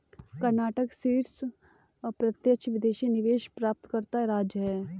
कर्नाटक शीर्ष प्रत्यक्ष विदेशी निवेश प्राप्तकर्ता राज्य है